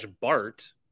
BART